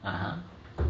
(uh huh)